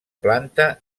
planta